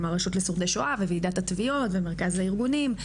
עם הרשות לשורדי שואה וועידת התביעות ומרכז הארגונים.